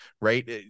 Right